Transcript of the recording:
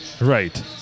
Right